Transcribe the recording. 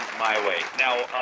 my way. now,